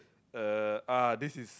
uh ah this is